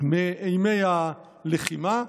מאימי הלחימה.